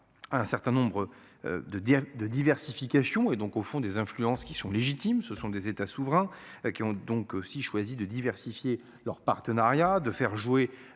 Un certain nombre. De de diversification et donc au fond des influences qui sont légitimes. Ce sont des États souverains qui ont donc eux aussi choisi de diversifier leurs partenariats de faire jouer